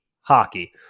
hockey